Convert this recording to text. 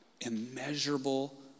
Immeasurable